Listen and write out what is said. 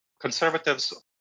conservatives